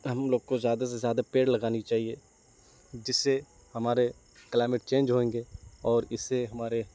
ہم لوگ کو زیادہ سے زیادہ پیڑ لگانی چاہیے جس سے ہمارے کلائمیٹ چینج ہوئیں گے اور اس سے ہمارے